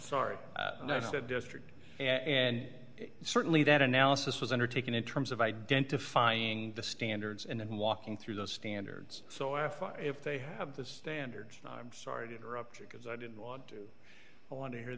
sorry the district and certainly that analysis was undertaken in terms of identifying the standards and then walking through those standards so i asked if they have the standards i'm sorry to interrupt because i didn't want to i want to hear